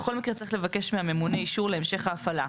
שבכל מקרה צריך לבקש מהממונה אישור להמשך ההפעלה,